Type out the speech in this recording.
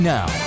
Now